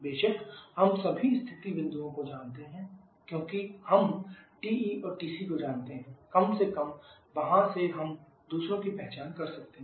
बेशक हम सभी स्थिति बिंदुओं को जानते हैं क्योंकि हम TE और TC को जानते हैं कम से कम वहां से हम दूसरों की पहचान कर सकते हैं